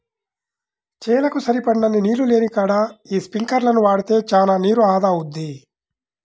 చేలకు సరిపడినన్ని నీళ్ళు లేనికాడ యీ స్పింకర్లను వాడితే చానా నీరు ఆదా అవుద్ది